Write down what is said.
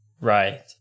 Right